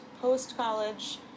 post-college